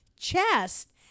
chest